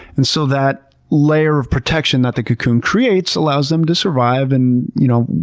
and so that layer of protection that the cocoon creates allows them to survive, and you know,